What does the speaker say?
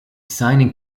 signing